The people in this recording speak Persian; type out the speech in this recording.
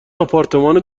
آپارتمان